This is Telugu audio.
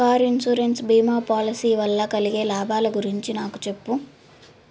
కారు ఇన్షూరెన్స్ బీమా పాలిసీ వల్ల కలిగే లాభాల గురించి నాకు చెప్పు